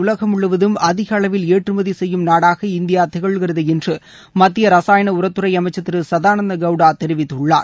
உலகம் முழுவதும் அதிக அளவில் ஏற்றுமதி செய்யும் நாடாக இந்தியா திகழ்கிறது என்று மத்திய ரசாயன உரத்துறை அமைச்சர் திரு சதானந்த கவுடா தெரிவித்துள்ளார்